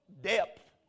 depth